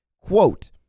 Quote